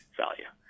value